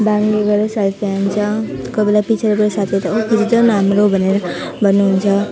बाङ्गो गरेर सेल्फी हान्छ कोही बेला पिछाडिबाट साथीहरूले ओइ खिँचिदेऊ न हाम्रो भनेर भन्नुहुन्छ